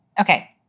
Okay